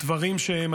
דברים שהם,